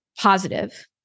positive